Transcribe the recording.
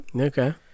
Okay